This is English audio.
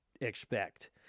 expect